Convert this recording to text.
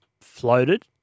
floated